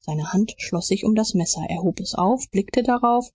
seine hand schloß sich um das messer er hob es auf blickte darauf